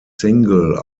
single